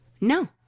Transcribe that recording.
No